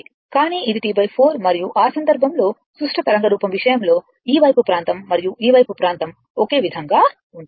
కానీ ఇది T 4 మరియు ఆ సందర్భంలో సుష్ట తరంగ రూపం విషయంలో ఈ వైపు ప్రాంతం మరియు ఈ వైపు ప్రాంతం ఒకే విధంగా ఉంటుంది